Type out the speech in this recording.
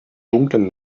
dunklen